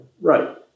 Right